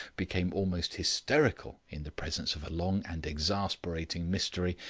became almost hysterical in the presence of a long and exasperating mystery.